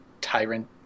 tyrant